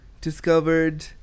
discovered